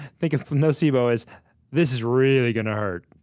think of nocebo as this is really gonna hurt.